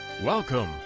Welcome